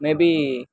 maybe